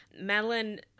Madeline